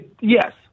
yes